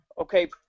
Okay